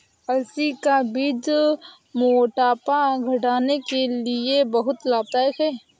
अलसी का बीज मोटापा घटाने के लिए बहुत लाभदायक है